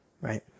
right